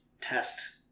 test